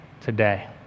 today